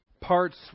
parts